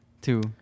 two